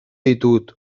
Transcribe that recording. ditut